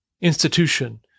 institution